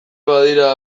badira